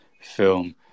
film